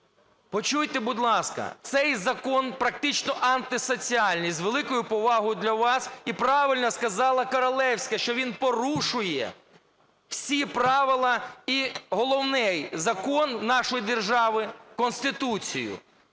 Почуйте, будь ласка, цей закон практично антисоціальний, з великою повагою до вас, і правильно сказала Королевська, що він порушує всі правила і головний закон нашої держави – Конституцію.